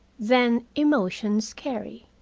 then emotions carry.